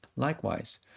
Likewise